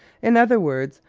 in other words,